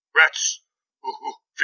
rats